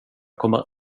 kommer